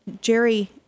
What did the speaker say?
Jerry